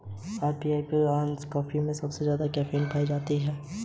आप e payment में login करके ऑनलाइन कर का भुगतान कर सकते हैं